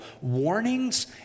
Warnings